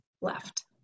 left